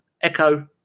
echo